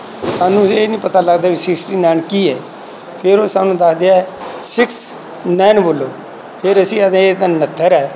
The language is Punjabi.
ਸਾਨੂੰ ਇਹ ਨਹੀਂ ਪਤਾ ਲੱਗਦਾ ਵੀ ਸਿਕਸਟੀ ਨਾਈਨ ਕੀ ਹੈ ਫਿਰ ਉਹ ਸਾਨੂੰ ਦੱਸਦੇ ਹੈ ਸਿਕਸ ਨਾਈਨ ਬੋਲੋ ਫਿਰ ਅਸੀਂ ਆਖਦੇ ਹਾਂ ਇਹ ਤਾਂ ਉਣਹੱਤਰ ਹੈ